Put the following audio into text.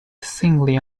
singly